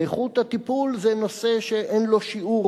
ואיכות הטיפול זה נושא שאין לו שיעור,